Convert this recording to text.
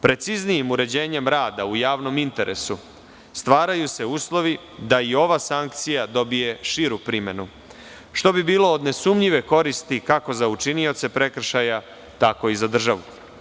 Preciznijim uređenjem rada u javnom interesu stvaraju se uslovi da i ova sankcija dobije širu primenu, što bi bilo od nesumnjive koristi, kako za učinioce prekršaja, tako i za državu.